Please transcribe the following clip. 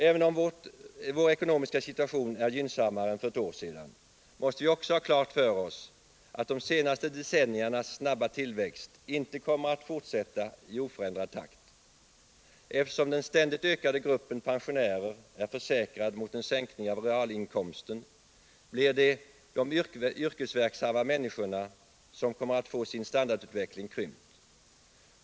Även om vår ekonomiska situation är gynnsammare än för ett år sedan, måste vi också ha klart för oss att de senaste decenniernas snabba tillväxt inte kommer att kunna fortsätta i oförändrad takt. Eftersom den ständigt ökande gruppen pensionärer är försäkrad mot en sänkning av realinkomsten, blir det de yrkesverksamma människorna som kommer att få se sin standardutveckling krympt.